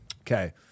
Okay